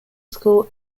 school